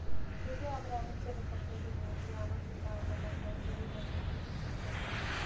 वित्तीय अपराधों से निपटने के लिए नियामक निकाय लगातार नई रणनीति विकसित करते हैं